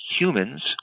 humans